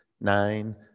nine